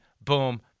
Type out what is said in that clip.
boom